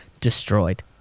destroyed